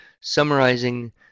summarizing